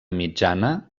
mitjana